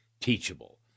teachable